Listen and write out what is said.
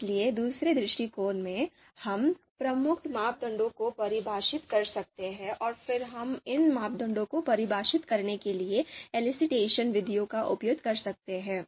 इसलिए दूसरे दृष्टिकोण में हम प्रमुख मापदंडों को परिभाषित कर सकते हैं और फिर हम इन मापदंडों को परिभाषित करने के लिए एलिसिटेशन विधियों का उपयोग कर सकते हैं